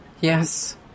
yes